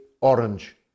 orange